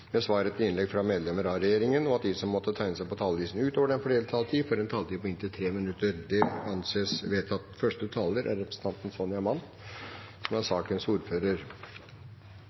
med svar etter innlegg fra medlemmer av regjeringen, og at de som måtte tegne seg på talerlisten utover den fordelte taletid, får en taletid på inntil 3 minutter. – Det anses vedtatt. Takk til komiteen for en grei og enkel oppgave som